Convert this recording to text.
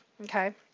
okay